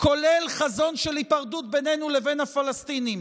כולל חזון של היפרדות בינינו לבין הפלסטינים.